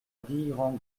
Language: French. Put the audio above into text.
guilherand